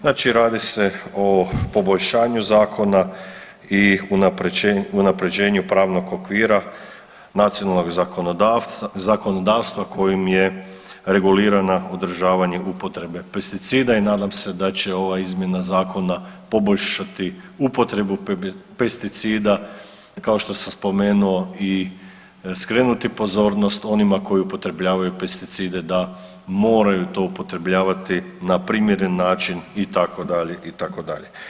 Znači radi se o poboljšanju Zakona i unapređenju pravnog okvira nacionalnog zakonodavstva kojim je regulirana održavanjem upotrebe pesticida i nadam se da će ova izmjena Zakona poboljšati upotrebu pesticida kao što sam spomenuo i skrenuti pozornost onima koji upotrebljavaju pesticide da moraju to upotrebljavati na primjeren način itd., itd.